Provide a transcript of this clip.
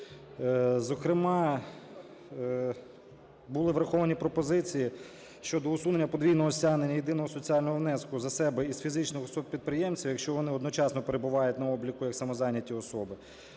Зокрема, були враховані пропозиції щодо усунення подвійного стягнення єдиного соціального внеску за себе із фізичних осіб-підприємців, якщо вони одночасно перебувають на обліку як самозайняті особи,